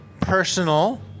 personal